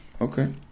Okay